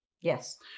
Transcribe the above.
Yes